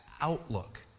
outlook